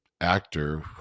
actor